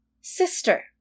sister